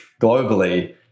globally